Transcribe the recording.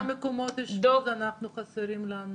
כמה מקומות אשפוז חסרים לנו?